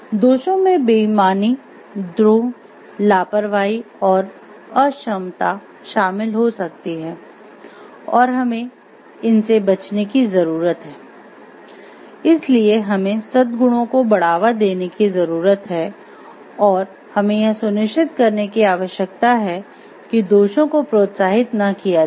दोषों में बेईमानी द्रोह लापरवाही और अक्षमता शामिल हो सकती है और हमें इनसे बचने की जरूरत है इसलिए हमें सद्गुणों को बढ़ावा देने की जरूरत है और हमें यह सुनिश्चित करने की आवश्यकता है कि दोषों को प्रोत्साहित न किया जाए